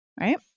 Right